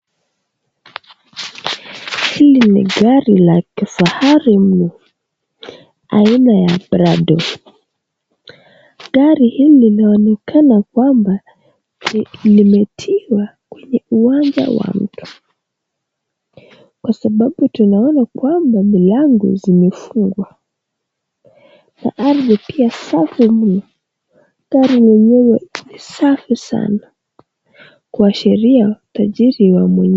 Hili ni gari la kifahari mno, aina ya Prado. Gari hili laonekana kwamba limetiwa kwenye uwanja wa mtu kwa sababu tunaona kwamba milango zimefungwa na ardhi pia safi mno gari lenyewe safi sana kuashiria utajiri wa mwenyewe.